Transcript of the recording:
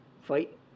fight